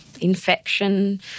infection